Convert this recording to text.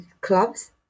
clubs